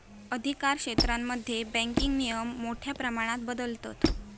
अधिकारक्षेत्रांमध्ये बँकिंग नियम मोठ्या प्रमाणात बदलतत